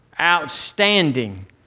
outstanding